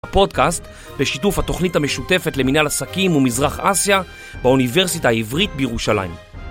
הפודקאסט לשיתוף התוכנית המשותפת למנהל עסקים ומזרח אסיה באוניברסיטה העברית בירושלים.